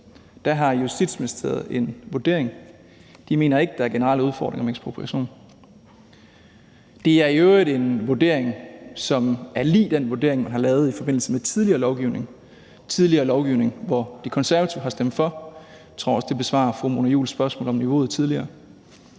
Der har Justitsministeriet en vurdering. De mener ikke, at der er en generel udfordring i forhold til ekspropriation. Det er i øvrigt en vurdering, som er lig den vurdering, man har lavet i forbindelse med tidligere lovgivning, som De Konservative har stemt for. Jeg tror også, at det besvarer fru Mona Juuls tidligere spørgsmål om niveauet.